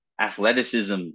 athleticism